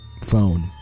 phone